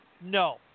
no